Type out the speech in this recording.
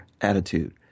attitude